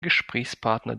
gesprächspartner